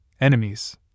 enemies